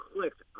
clicked